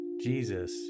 Jesus